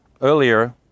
earlier